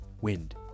wind